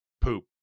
poop